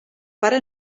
pare